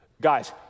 Guys